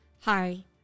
Hi